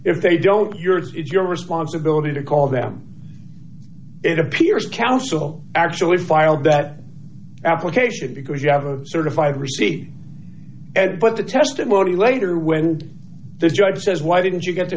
if they don't you're it's your responsibility to call them it appears counsel actually filed that application because you have a certified receipt but the testimony later when the judge says why didn't you get to